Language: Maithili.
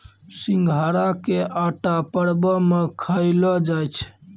सिघाड़ा के आटा परवो मे खयलो जाय छै